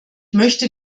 möchte